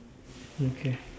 okay